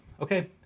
Okay